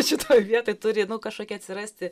šitoj vietoj turi nu kažkokia atsirasti